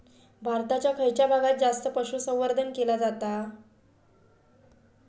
भारताच्या खयच्या भागात जास्त पशुसंवर्धन केला जाता?